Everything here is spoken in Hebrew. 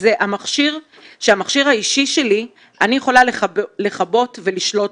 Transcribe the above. שהמכשיר האישי שלי אני יכולה לכבות ולשלוט